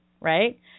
right